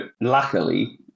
luckily